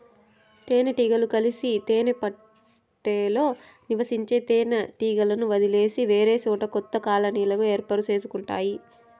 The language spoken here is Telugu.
తేనె టీగలు కలిసి తేనె పెట్టలో నివసించే తేనె టీగలను వదిలేసి వేరేసోట కొత్త కాలనీలను ఏర్పరుచుకుంటాయి